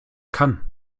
kann